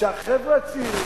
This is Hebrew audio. החבר'ה הצעירים